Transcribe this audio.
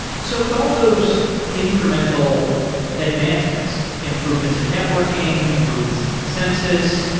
so with all those incremental advancements, improvements in networking, improvements in consensus.